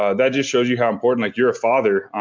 ah that just shows you how important, like you're a father.